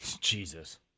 Jesus